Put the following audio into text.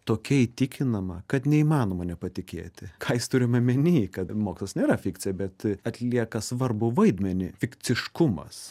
tokia įtikinama kad neįmanoma nepatikėti ką jis turi omeny kad mokslas nėra fikcija bet atlieka svarbų vaidmenį fikciškumas